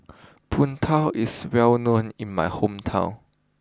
Png Tao is well known in my hometown